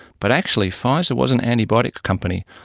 but actually pfizer was an antibiotic company,